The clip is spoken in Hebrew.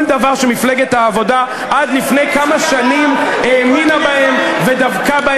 כל דבר שמפלגת העבודה עד לפני כמה שנים האמינה בו ודבקה בו,